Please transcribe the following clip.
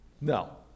No